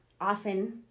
often